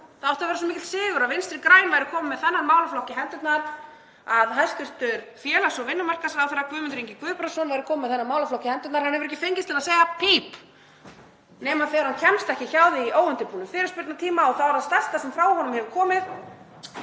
Það átti að vera svo mikill sigur að Vinstri græn væru komin með þennan málaflokk í hendurnar, að hæstv. félags- og vinnumarkaðsráðherra Guðmundur Ingi Guðbrandsson væri kominn með þennan málaflokk í hendurnar. Hann hefur ekki fengist til að segja píp nema þegar hann kemst ekki hjá því í óundirbúnum fyrirspurnatíma og þá er það stærsta sem frá honum hefur komið